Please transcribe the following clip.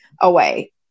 away